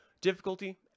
Difficulty